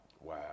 Wow